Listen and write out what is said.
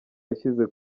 yashyize